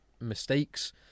mistakes